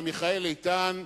ומיכאל איתן,